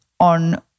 on